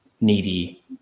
needy